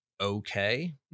okay